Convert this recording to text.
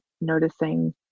noticing